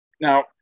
Now